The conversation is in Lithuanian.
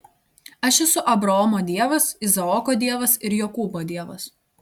aš esu abraomo dievas izaoko dievas ir jokūbo dievas